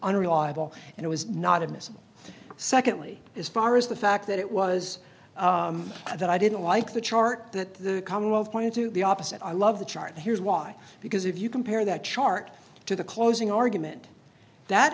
an reliable and it was not admissible secondly as far as the fact that it was that i didn't like the chart that the commonwealth pointed to the opposite i love the chart and here's why because if you compare that chart to the closing argument that